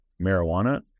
marijuana